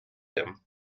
him